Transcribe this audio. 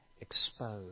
exposed